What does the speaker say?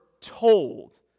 told